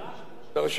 אדוני היושב-ראש,